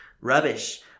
rubbish